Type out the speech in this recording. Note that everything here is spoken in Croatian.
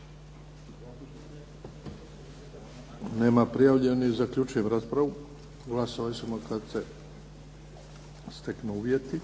Nema prijavljenih. Zaključujem raspravu. Glasovat ćemo kada se steknu uvjeti.